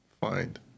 Find